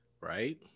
Right